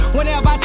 Whenever